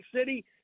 City